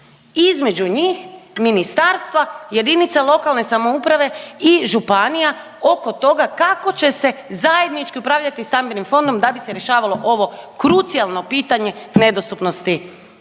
između njih, ministarstva, jedinica lokalne samouprave i županija oko toga kako će se zajednički upravljati stambenim fondom da bi se rješavalo ovo krucijalno pitanje nedostupnosti